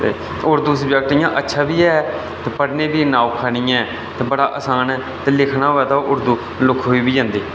ते उर्दू सबजैक्ट इ'यां अच्छा बी है ते पढ़ने ई बी इन्ना औखा निं ऐ ते बड़ा असान ऐ लिखना होऐ ते ओह् उर्दू लखोई बी जंदी